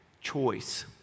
choice